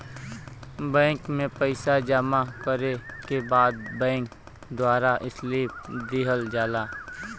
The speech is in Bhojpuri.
बैंक में पइसा जमा करे के बाद बैंक द्वारा स्लिप दिहल जाला